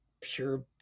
pure